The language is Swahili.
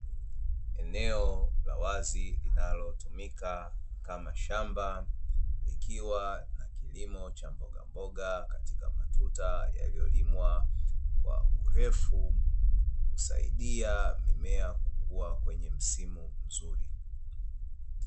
Eneo la wazi linalotumika kama shamba, likiwa na kilimo cha mbogamboga katika matuta yaliyolimwa kwa urefu, husaidia mimea kukua kwenye msimu mzuri.